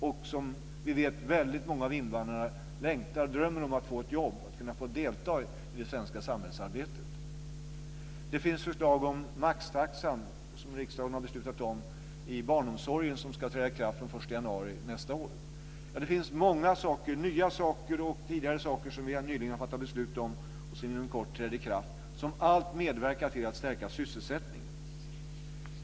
Och vi vet att väldigt många av invandrarna längtar efter och drömmer om att få ett jobb och kunna delta i det svenska samhällsarbetet. Det finns förslag om maxtaxa i barnomsorgen, som riksdagen har beslutat om och som ska träda i kraft den 1 januari nästa år. Ja, det finns många saker - nya saker och tidigare saker - som vi nyligen har fattat beslut om och som inom kort träder i kraft, och allt medverkar till att stärka sysselsättningen.